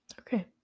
Okay